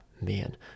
man